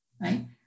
right